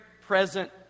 present